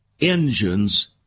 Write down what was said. engines